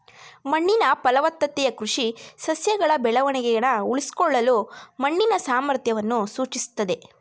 ಮಣ್ಣಿನ ಫಲವತ್ತತೆಯು ಕೃಷಿ ಸಸ್ಯಗಳ ಬೆಳವಣಿಗೆನ ಉಳಿಸ್ಕೊಳ್ಳಲು ಮಣ್ಣಿನ ಸಾಮರ್ಥ್ಯವನ್ನು ಸೂಚಿಸ್ತದೆ